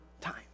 time